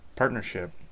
partnership